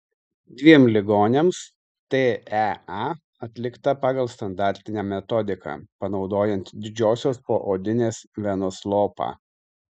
dviem ligoniams tea atlikta pagal standartinę metodiką panaudojant didžiosios poodinės venos lopą